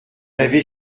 avait